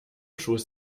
schoß